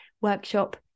workshop